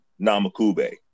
Namakube